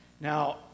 now